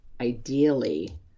ideally